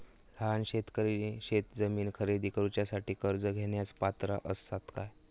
लहान शेतकरी शेतजमीन खरेदी करुच्यासाठी कर्ज घेण्यास पात्र असात काय?